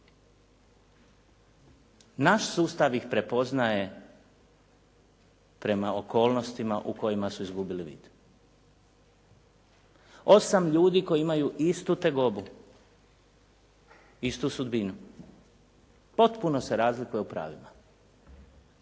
Naš sustav ih prepoznaje prema okolnostima u kojima su izgubili vid. Osam ljudi koji imaju istu tegobu, istu sudbinu, potpuno se razliku u pravima.